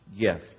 gift